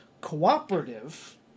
cooperative